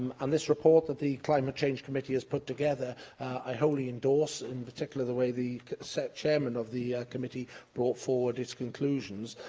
um and this report that the climate change committee has put together i wholly endorse, in particular the way the chairman of the committee brought forward its conclusions.